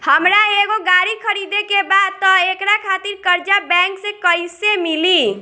हमरा एगो गाड़ी खरीदे के बा त एकरा खातिर कर्जा बैंक से कईसे मिली?